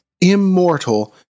immortal